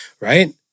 Right